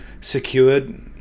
secured